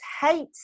hate